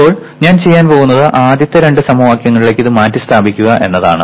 ഇപ്പോൾ ഞാൻ ചെയ്യാൻ പോകുന്നത് ആദ്യത്തെ രണ്ട് സമവാക്യങ്ങളിലേക്ക് ഇത് മാറ്റിസ്ഥാപിക്കുക എന്നതാണ്